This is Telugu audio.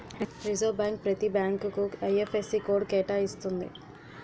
రిజర్వ్ బ్యాంక్ ప్రతి బ్యాంకుకు ఐ.ఎఫ్.ఎస్.సి కోడ్ కేటాయిస్తుంది